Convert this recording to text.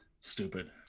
Stupid